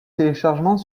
téléchargement